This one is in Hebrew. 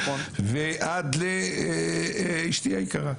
ועד לאשתי היקרה.